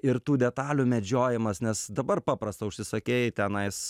ir tų detalių medžiojimas nes dabar paprasta užsisakei tenais